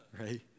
right